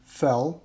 fell